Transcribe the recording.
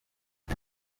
nka